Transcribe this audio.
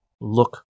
look